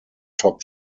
top